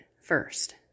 first